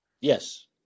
Yes